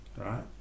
Right